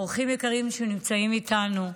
אורחים יקרים שנמצאים איתנו,